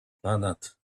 planet